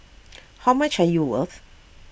how much are you worth